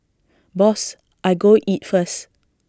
boss I go eat first